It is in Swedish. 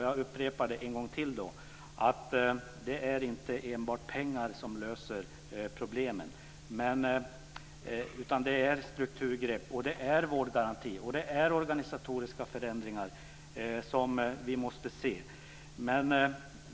Jag säger än en gång att det inte är enbart pengar som löser problemen, utan det handlar också om strukturgrepp. Det är då vårdgarantin och organisatoriska förändringar som vi måste se.